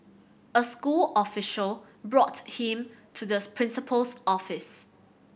a school official brought him to this principal's office